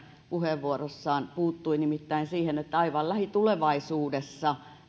puheenvuorossaan puuttui nimittäin siihen että aivan lähitulevaisuudessa